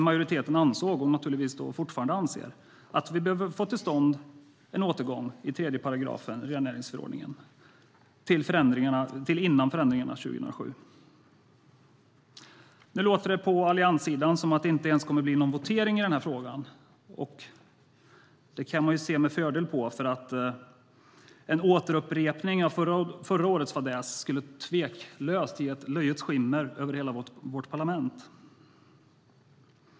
Majoriteten ansåg och anser naturligtvis fortfarande att vi behöver få till stånd en återgång i 3 § rennäringsförordningen till de skrivningar som fanns före förändringen 2007. Nu låter det på allianssidan som om det inte ens kommer att bli någon votering i den här frågan. Det kan man kanske se positivt på. En upprepning av förra årets fadäs skulle tveklöst ge ett löjets skimmer över hela vårt parlament.